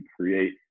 create